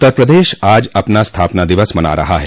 उत्तर प्रदेश आज अपना स्थापना दिवस मना रहा है